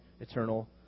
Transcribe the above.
eternal